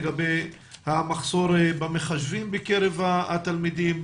לגבי המחסור במחשבים בקרב התלמידים?